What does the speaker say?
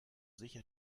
sicher